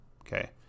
okay